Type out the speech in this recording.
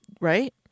right